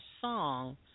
song